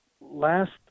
last